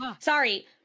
sorry